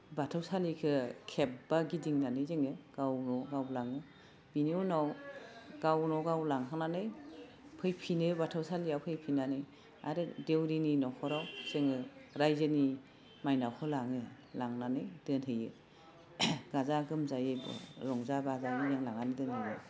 बाथौ सालिखो खेब्बा गिदिंनानै जोङो गाव गाव गावलाङो बिनि उनाव गावनाव गाव लांखांनानै फैफिनो बाथौ सालिआव फैफिननानै आरो देउरिनि नख'राव जोङो रायजोनि मायनावखौ लाङो लांनानै दोनहैयो गाजा गोमजायै रंजा बाजा नाइन दोनलांनानै दोनहैयो